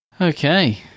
okay